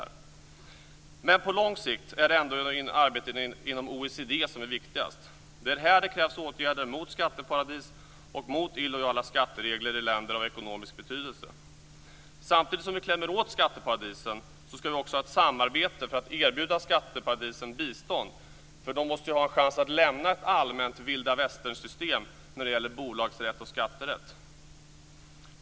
På lång sikt är det ändå arbetet inom OECD som är viktigast. Det är här det krävs åtgärder mot skatteparadis och mot illojala skatteregler i länder av ekonomisk betydelse. Samtidigt som vi klämmer åt skatteparadisen ska vi också ha ett samarbete för att erbjuda skatteparadisen bistånd. De måste ha en chans att lämna ett allmänt vilda västern-system när det gäller bolagsrätt och skatterätt.